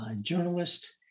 journalist